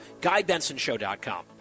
GuyBensonShow.com